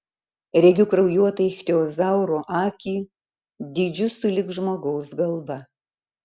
regiu kraujuotą ichtiozauro akį dydžiu sulig žmogaus galva